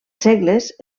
segles